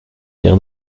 quart